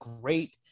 great